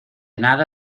nada